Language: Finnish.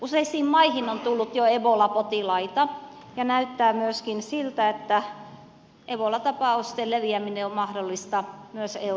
useisiin maihin on tullut jo ebola potilaita ja näyttää myöskin siltä että ebola tapausten leviäminen on mahdollista myös euroopassa